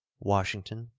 washington,